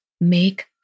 make